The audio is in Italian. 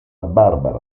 barbara